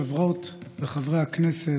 חברות וחברי הכנסת,